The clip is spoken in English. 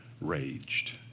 raged